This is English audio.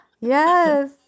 yes